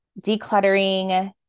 decluttering